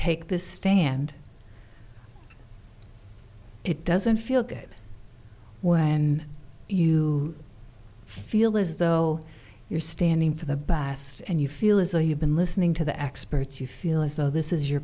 take this stand it doesn't feel good when you feel as though you're standing for the basket and you feel as though you've been listening to the experts you feel as though this is your